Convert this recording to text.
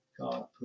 God